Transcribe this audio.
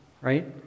right